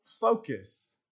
focus